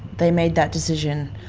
they made that decision,